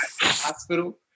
hospital